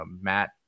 Matt